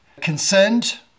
concerned